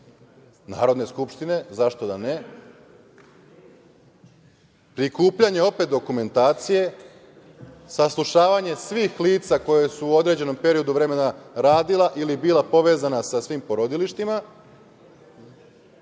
Narodne skupštine, zašto da ne, prikupljanje opet dokumentacije, saslušavanje svih lica koja su u određenom periodu vremena radila ili bila povezana sa svim porodilištima